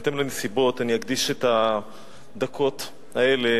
בהתאם לנסיבות אני אקדיש את הדקות האלה